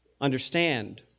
understand